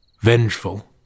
vengeful